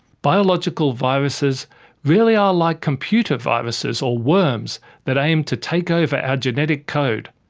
biological viruses really are like computer viruses or worms that aim to take over our genetic code.